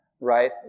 right